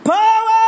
Power